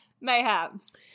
mayhaps